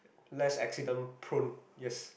less accident prone yes